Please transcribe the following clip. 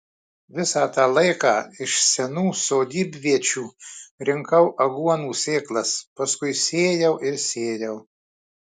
visą tą laiką iš senų sodybviečių rinkau aguonų sėklas paskui sėjau ir sėjau